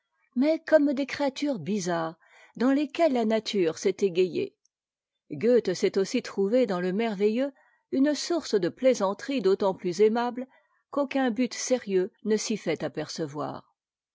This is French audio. mais comme des créatures bizarres dans lesquelles la nature s'est égayée goethe sait aussi trouver dans e merveilleux une source de plaisanteries d'autant plus aimables qu'aucun but sérieux ne s'y fait apercevoir